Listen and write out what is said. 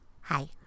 Hi